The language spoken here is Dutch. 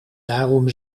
daarom